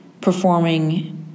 performing